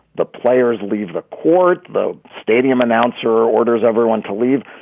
the players leave the court, though. stadium announcer orders everyone to leave.